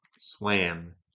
swam